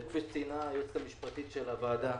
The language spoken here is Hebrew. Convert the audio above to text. כפי שציינה היועצת המשפטית של הוועדה,